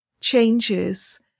changes